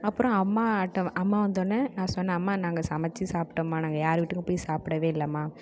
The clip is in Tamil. அப்புறம் அம்மாகிட்ட அம்மா வந்தோவுன்ன நான் சொன்னேன் அம்மா நாங்கள் சமைச்சு சாப்பிட்டோம் அம்மா நாங்கள் யார் வீட்டுக்கும் போய் சாப்பிடவே இல்லை அம்மா